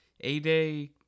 A-Day